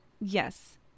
yes